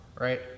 right